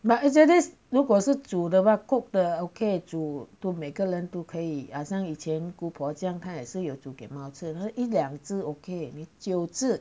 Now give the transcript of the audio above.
but actually 如果是煮的话 cook 的 okay 煮多每个人都可以好像以前姑婆这样她也是有煮给猫吃一两只 okay 你九只